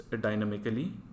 dynamically